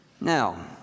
Now